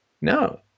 No